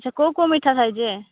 ଆଚ୍ଛା କେଉଁ କେଉଁ ମିଠା ଖାଇ ଯେ